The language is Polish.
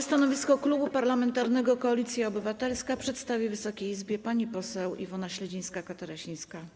Stanowisko Klubu Parlamentarnego Koalicja Obywatelska przedstawi Wysokiej Izbie pani poseł Iwona Śledzińska-Katarasińska.